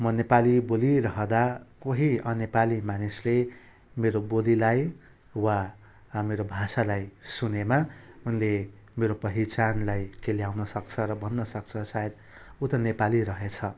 म नेपाली बोलिरहँदा कोही अनेपाली मानिसले मेरो बोलीलाई वा मेरो भाषालाई सुनेमा उनले मेरो पहिचानलाई केलाउनसक्छ र भन्नसक्छ सायद ऊ त नेपाली रहेछ